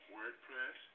WordPress